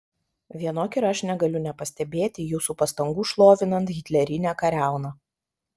vienok ir aš negaliu nepastebėti jūsų pastangų šlovinant hitlerinę kariauną